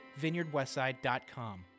vineyardwestside.com